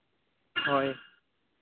ᱦᱳᱭ